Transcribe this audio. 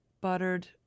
buttered